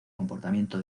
comportamiento